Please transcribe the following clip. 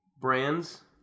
brands